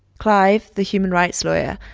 clive, the human rights lawyer,